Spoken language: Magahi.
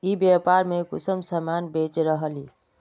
ई व्यापार में कुंसम सामान बेच रहली?